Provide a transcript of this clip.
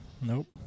Nope